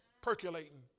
percolating